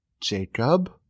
Jacob